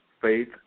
faith